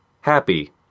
Happy